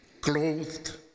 clothed